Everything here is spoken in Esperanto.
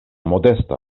modesta